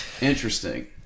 Interesting